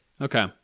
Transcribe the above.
Okay